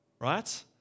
right